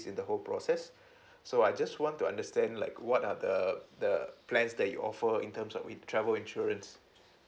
in the whole process so I just want to understand like what are the the plans that you offer in terms of with travel insurance